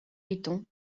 iton